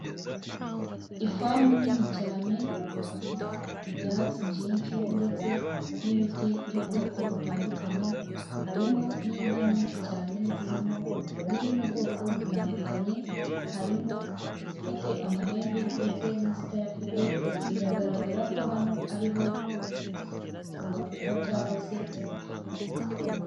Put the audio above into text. Ifamu nini cyane irimo ibyatsi byinshi ndetse n'ibiti by'ubwoko butandukanye. Harimo n'inka nyinshi cyane zirimo, ziri mu bwoko butandukanye harimo izifite amahembe ndetse n'izitayafite. Biragaragara ko hano ari ho izi nka zororerwa cyangwa se zirishiriza.